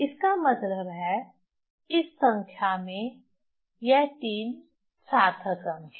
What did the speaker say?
इसका मतलब है इस संख्या में यह 3 सार्थक अंक हैं